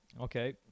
Okay